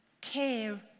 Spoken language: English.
care